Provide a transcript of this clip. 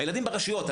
הילדים ברשויות,